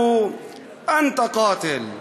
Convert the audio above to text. אני אתרגם לעברית.